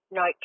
no